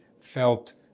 felt